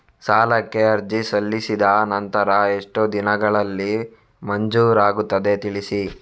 ಸಾಲಕ್ಕೆ ಅರ್ಜಿ ಸಲ್ಲಿಸಿದ ನಂತರ ಎಷ್ಟು ದಿನಗಳಲ್ಲಿ ಮಂಜೂರಾಗುತ್ತದೆ ತಿಳಿಸಿ?